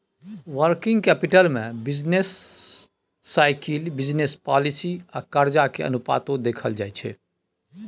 working capital में business cycle, business policy आ कर्जा के अनुपातो देखल जाइ छइ